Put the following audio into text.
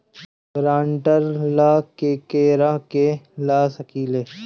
ग्रांतर ला केकरा के ला सकी ले?